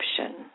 option